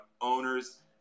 owners